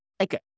Okay